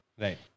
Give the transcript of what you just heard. Right